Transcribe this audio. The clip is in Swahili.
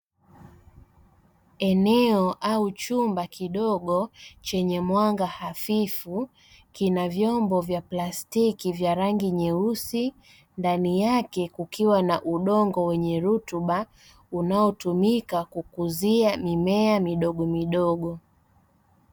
Eneo au chumba kidogo chenye mwanga hafifu kina vyombo vya plastiki vya rangi nyeusi ndani yake kukiwa na udongo wenye rutuba unaotumika kukuzia mimea midogomidogo.